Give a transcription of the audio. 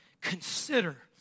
Consider